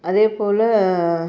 அதே போல்